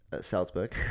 Salzburg